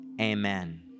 amen